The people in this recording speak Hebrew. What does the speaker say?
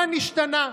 מה השתנה?